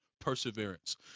Perseverance